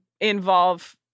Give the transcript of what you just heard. involve